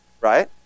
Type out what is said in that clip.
right